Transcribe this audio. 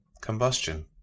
combustion